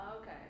okay